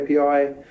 API